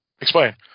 Explain